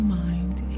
mind